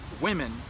women